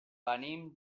venim